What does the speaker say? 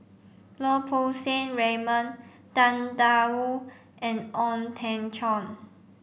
Lau Poo Seng Raymond Tang Da Wu and Ong Teng Cheong